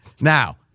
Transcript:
Now